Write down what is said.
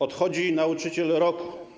Odchodzi nauczyciel roku.